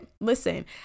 listen